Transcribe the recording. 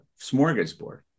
smorgasbord